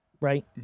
right